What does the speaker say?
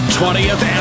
20th